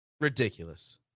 Ridiculous